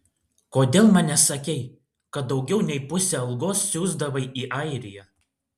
kodėl man nesakei kad daugiau nei pusę algos siųsdavai į airiją